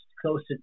closer